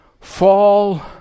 fall